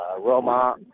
Roma